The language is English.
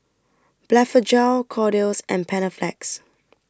Blephagel Kordel's and Panaflex